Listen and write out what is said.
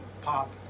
pop